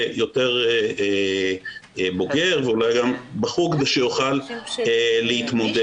יותר בוגר ואולי גם בחוג ושיוכל להתמודד.